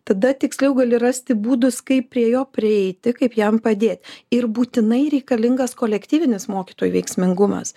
tada tiksliau gali rasti būdus kaip prie jo prieiti kaip jam padėt ir būtinai reikalingas kolektyvinis mokytojų veiksmingumas